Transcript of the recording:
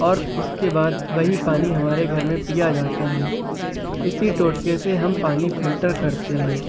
اور اس کے بعد وہی پانی ہمارے گھر میں پیا جاتا ہے اسی ٹوٹکے سے ہم پانی فلٹر کرتے ہیں